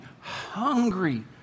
hungry